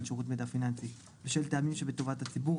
שירות מידע פיננסי בשל טעמים שבטובת הציבור,